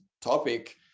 topic